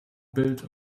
built